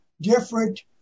different